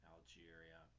Algeria